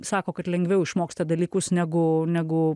sako kad lengviau išmoksta dalykus negu negu